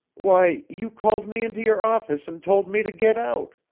why, you called me into your office and told me to get out,